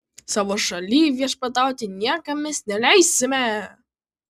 savo šalyj viešpatauti niekam mes neleisime